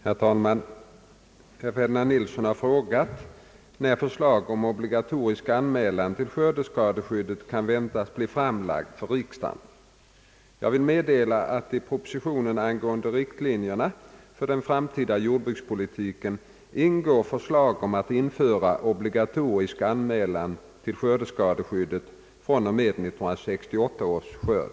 Herr talman! Herr Ferdinand Nilsson har frågat när förslag om obligatorisk anmälan till skördeskadeskyddet kan väntas bli framlagt för riksdagen. Jag vill meddela att i propositionen angående riktlinjerna för den framtida jordbrukspolitiken ingår förslag om att införa obligatorisk anmälan till skördeskadeskyddet fr.o.m. 1968 års skörd.